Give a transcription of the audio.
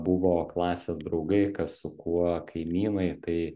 buvo klasės draugai kas su kuo kaimynai tai